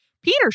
Peter